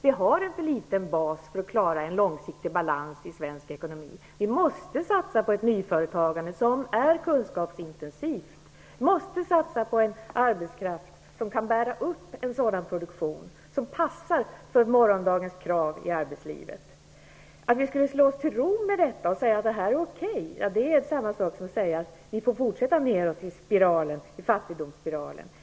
Vi har en för liten bas för att klara en balans i svensk ekonomi på lång sikt. Vi måste satsa på ett kunskapsintensivt nyföretagande och på en arbetskraft som kan bära upp en sådan produktion och motsvarar morgondagens krav i arbetslivet. Att slå oss till ro med detta och säga att det är okej är samma sak som att låta oss fortsätta nedåt i fattigdomsspiralen.